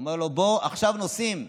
הוא אומר לו: בוא, עכשיו נוסעים.